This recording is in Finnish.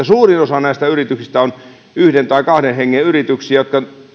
suurin osa näistä yrityksistä on yhden tai kahden hengen yrityksiä